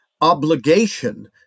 obligation